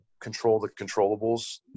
control-the-controllables